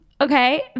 Okay